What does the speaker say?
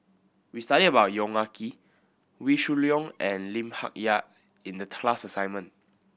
we studied about Yong Ah Kee Wee Shoo Leong and Lim Hak Tai in the class assignment